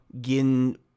Gin